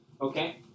okay